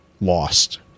lost